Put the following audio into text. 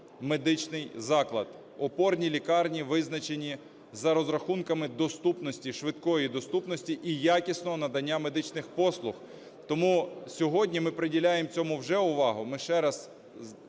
медичний заклад. Опорні лікарні визначені за розрахунками доступності, швидкої доступності і якісного надання медичних послуг. Тому сьогодні ми приділяємо цьому вже увагу. Ми ще раз,